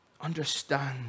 understand